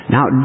Now